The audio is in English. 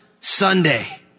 Sunday